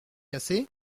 cassé